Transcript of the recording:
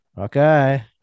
okay